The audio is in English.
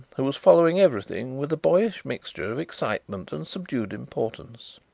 who was following everything with a boyish mixture of excitement and subdued importance.